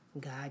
God